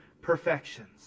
perfections